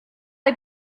les